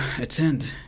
attend